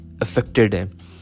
affected